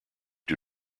due